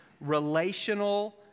Relational